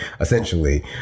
essentially